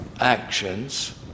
actions